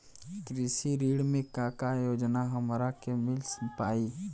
कृषि ऋण मे का का योजना हमरा के मिल पाई?